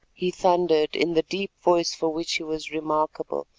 he thundered in the deep voice for which he was remarkable,